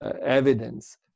evidence